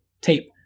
tape